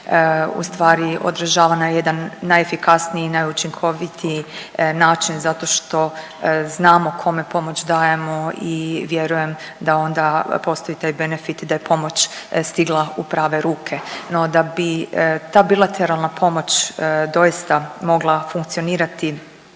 ustvari odražava na jedan najefikasniji i najučinkovitiji način zato što znamo kome pomoć dajemo i vjerujem da onda postoji taj benefit da je pomoć stigla u prave ruke. No da bi ta bilateralna pomoć doista mogla funkcionirati